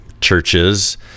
churches